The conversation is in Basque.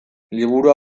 liburua